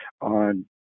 on